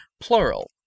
plural